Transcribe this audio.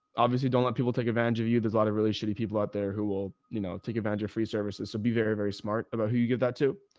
obviously don't let people take advantage of you. there's a lot of really shitty people out there who will, you know, take advantage of free services. so be very, very smart about who you give that to.